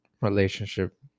relationship